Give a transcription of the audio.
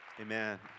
Amen